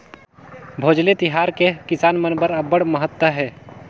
भोजली तिहार के किसान मन बर अब्बड़ महत्ता हे